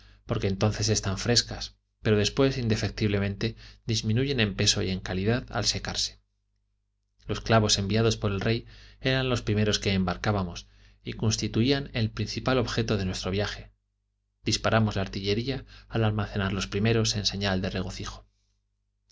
porque entonces están frescas pero después indefectiblemente disminuyen en peso y en calidad al secarse los clavos enviados por el rey eran los primeros que embarcábamos y constituían el principal objeto de nuestro viaje disparamos la artillería al almacenar los primeros en señal de regocijo